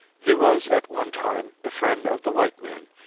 he was at one time the friend of the white man,